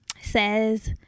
says